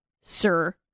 sir